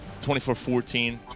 24-14